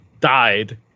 died